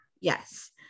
Yes